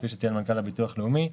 כפי שציין מנכ"ל הביטוח הלאומי,